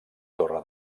torre